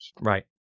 Right